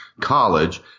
college